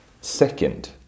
second